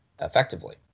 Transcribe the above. effectively